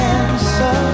answer